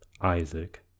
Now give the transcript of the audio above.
Isaac